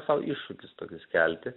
sau iššūkius tokius kelti